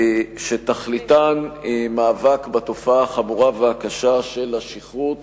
שתכליתן מאבק בתופעה החמורה והקשה של השכרות